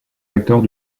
acteurs